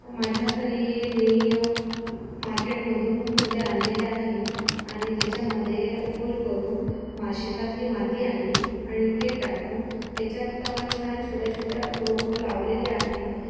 माझ्या घरी मी मार्केटमधून कुंड आणलेले आहे आणि त्याच्यामध्ये होल करून मा शेतातली माती आणली आणि ते टाकून त्याच्यात छान छोट्या छोट्या रोपं लावलेले आहे